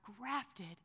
grafted